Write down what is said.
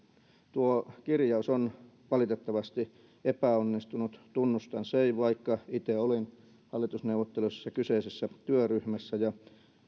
tuo kirjaus on valitettavasti epäonnistunut tunnustan sen vaikka itse olin hallitusneuvotteluissa kyseisessä työryhmässä ja